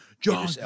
john